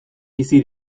bizi